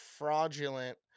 fraudulent